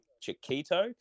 Chiquito